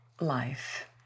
life